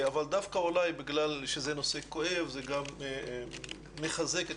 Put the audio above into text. אבל דווקא אולי בגלל שזה נושא כואב זה גם מחזק את